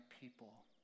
people